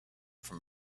from